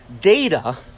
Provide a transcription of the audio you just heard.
data